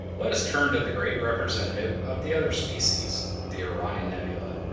let us turn to the great representative of the other species, the orion nebula.